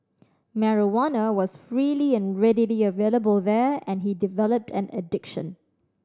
marijuana was freely and readily available there and he developed an addiction